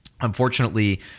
Unfortunately